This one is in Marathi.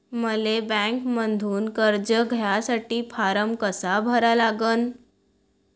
मले बँकेमंधून कर्ज घ्यासाठी फारम कसा भरा लागन?